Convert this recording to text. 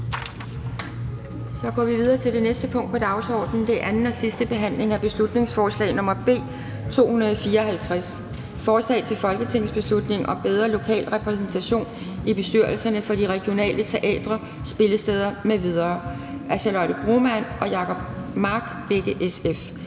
statsministeren. --- Det næste punkt på dagsordenen er: 27) 2. (sidste) behandling af beslutningsforslag nr. B 254: Forslag til folketingsbeslutning om bedre lokal repræsentation i bestyrelserne for de regionale teatre, spillesteder m.v. Af Charlotte Broman Mølbæk (SF)